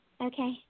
Okay